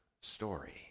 story